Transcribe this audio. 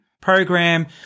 program